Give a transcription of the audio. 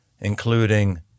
including